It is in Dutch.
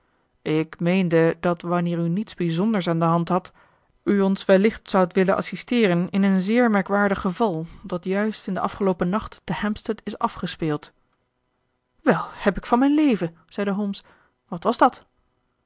ik meende dat wanneer u niets bijzonders aan de hand hadt u ons wellicht zoudt willen assisteeren in een zeer merkwaardig geval dat juist in den afgeloopen nacht te hampstead is afgespeeld wel heb ik van mijn leven zeide holmes wat was dat